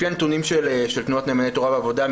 לפי הנתונים של תנועת נאמני תורה ועבודה,